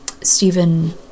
Stephen